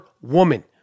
woman